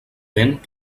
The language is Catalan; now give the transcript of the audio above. vent